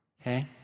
Okay